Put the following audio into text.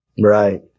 Right